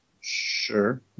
Sure